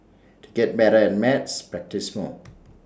to get better at maths practise more